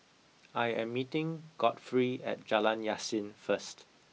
I am meeting Godfrey at Jalan Yasin first